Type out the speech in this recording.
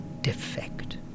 defect